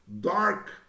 dark